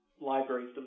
libraries